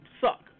suck